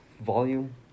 volume